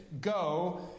go